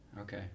Okay